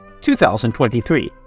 2023